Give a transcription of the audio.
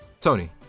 Tony